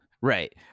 right